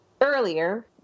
earlier